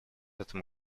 этому